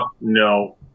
no